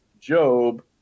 Job